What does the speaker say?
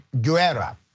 Guerra